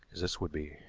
as this would be.